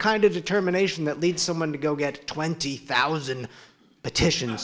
kind of determination that lead someone to go get twenty thousand petition